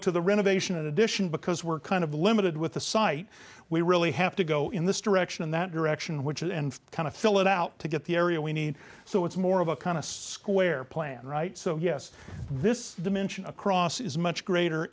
to the renovation addition because we're kind of limited with the site we really have to go in this direction in that direction which and kind of fill it out to get the area we need so it's more of a kind of square plan right so yes this dimension across is much greater